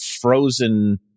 frozen